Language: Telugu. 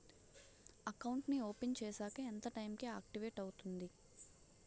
అకౌంట్ నీ ఓపెన్ చేశాక ఎంత టైం కి ఆక్టివేట్ అవుతుంది?